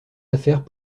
affaires